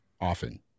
often